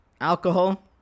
Alcohol